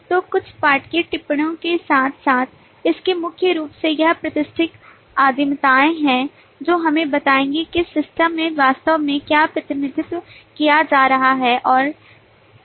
तो कुछ पाठकीय टिप्पणियों के साथ साथ इसकी मुख्य रूप से यह प्रतिष्ठित आदिमताएं हैं जो हमें बताएंगी कि सिस्टम में वास्तव में क्या प्रतिनिधित्व किया जा रहा है और चल रहा है